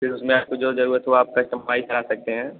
फिर उसमें आपको जो जरूरत हो आप कस्टमाइज करा सकते हैं